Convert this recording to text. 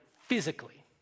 physically